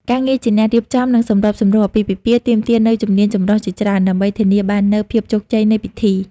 ការងារជាអ្នករៀបចំ និងសម្របសម្រួលអាពាហ៍ពិពាហ៍ទាមទារនូវជំនាញចម្រុះជាច្រើន ដើម្បីធានាបាននូវភាពជោគជ័យនៃពិធី។